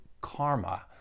karma